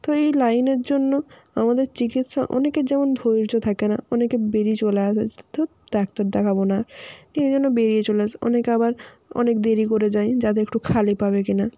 তো এই লাইনের জন্য আমাদের চিকিৎসা অনেকের যেমন ধৈর্য থাকে না অনেকে বেরিয়ে চলে আসে ধুত ডাক্তার দেখাব না আর এই জন্য বেরিয়ে চলে আসে অনেকে আবার অনেক দেরি করে যায় যাতে একটু খালি পাবে কি না